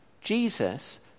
Jesus